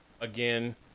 again